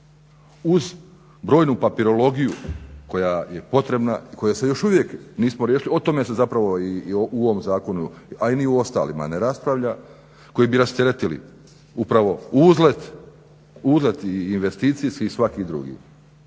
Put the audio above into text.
Uz brojnu papirologiju koja je potrebna, koje se još uvijek nismo riješili, o tome se zapravo i u ovom zakonu a ni u ostalima ne raspravlja, koji bi rasteretili upravo uzlet investicijski i svaki drugi.